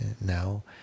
now